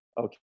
okay